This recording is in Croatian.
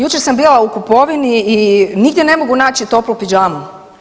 Jučer sam bila u kupovini i nigdje ne mogu naći toplu pidžamu.